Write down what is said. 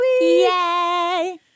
Yay